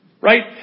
Right